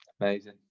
amazing